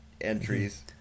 Entries